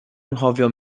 anghofio